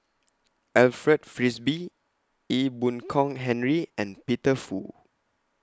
Alfred Frisby Ee Boon Kong Henry and Peter Fu